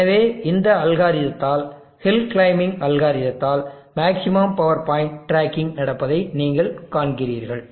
எனவே இந்த அல்காரிதத்தால் ஹில் கிளைம்பிங் அல்காரிதத்தால் மேக்ஸிமம் பவர் பாயிண்ட் டிராக்கிங் நடப்பதை நீங்கள் காண்கிறீர்கள்